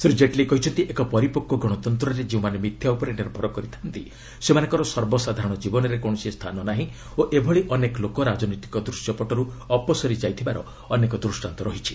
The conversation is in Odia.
ଶ୍ରୀ ଜେଟଲୀ କହିଛନ୍ତି ଏକ ପରିପକ୍ୱ ଗଣତନ୍ତରେ ଯେଉଁମାନେ ମିଥ୍ୟା ଉପରେ ନିର୍ଭର କରିଥାନ୍ତି ସେମାନଙ୍କର ସର୍ବସାଧାରଣ ଜୀବନରେ କୌଣସି ସ୍ଥାନ ନାହିଁ ଓ ଏଭଳି ଅନେକ ଲୋକ ରାଜନୈତିକ ଦୂଶ୍ୟପଟରୁ ଅପସରି ଯାଇଥିବାର ଅନେକ ଦୂଷ୍ଟାନ୍ତ ରହିଛି